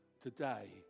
Today